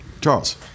Charles